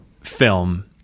film